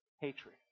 Hatred